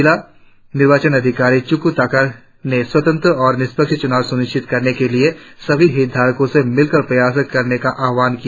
जिला निर्वाचन अधिकारी चुखू ताकर ने स्वतंत्र और निष्पक्ष चुनाव सुनिश्चित करने के लिए सभी हितधारको से मिलकर प्रयास करने का आह्वान किया